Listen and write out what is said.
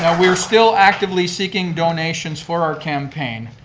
ah we're still actively seeking donations for our campaign.